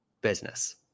business